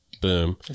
Boom